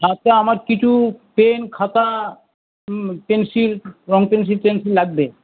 আচ্ছা আমার কিছু পেন খাতা হুম পেনসিল রঙ পেনসিল টেনসিল লাগবে